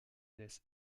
laisse